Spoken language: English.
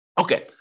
Okay